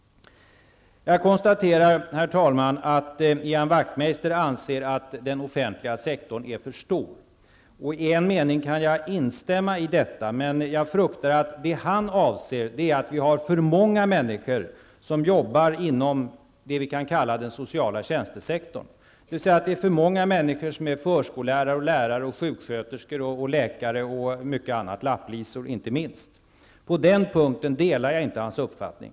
Herr talman! Jag konstaterar att Ian Wachymeister anser att den offentliga sektorn är flr stor, och i en mening kan jag instämma i detta. Men jag fruktar att det han avser är att vi har för många människor som jobbar inom det vi kan kalla den sociala tjänstesektorn, dvs. att det är för många människor som är förskolelärare, lärare, sjuksköterskor, läkare och mycket annat -- lapplisor inte minst. På den punkten delar jag inte hans uppfattning.